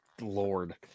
Lord